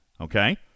Okay